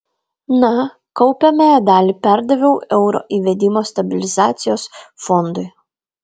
na kaupiamąją dalį perdaviau euro įvedimo stabilizacijos fondui